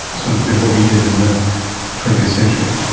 it's going to do what we did in the twentieth century.